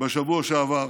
בשבוע שעבר.